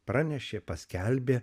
pranešė paskelbė